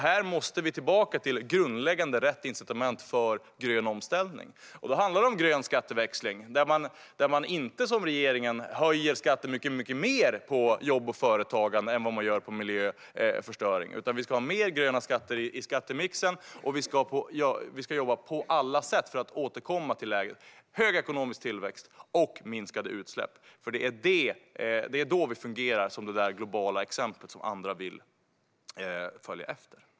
Här måste vi tillbaka till grundläggande och rätt incitament för grön omställning. Det handlar om grön skatteväxling där man inte som regeringen höjer skatten mycket mer på jobb och företagande än vad man gör på miljöförstöring. Vi har ha mer gröna skatter i skattemixen. Vi ska jobba på alla sätt för att återkomma till läget med hög ekonomisk tillväxt och minskade utsläpp. Det är då vi fungerar som det globala exemplet som andra vill följa efter.